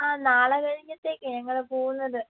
ആ നാളെ കഴിഞ്ഞത്തേക്ക് ഞങ്ങൾ പോകുന്നത്